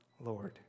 Lord